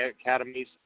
Academies